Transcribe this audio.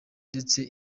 ndetse